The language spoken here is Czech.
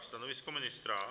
Stanovisko ministra?